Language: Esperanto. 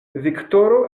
viktoro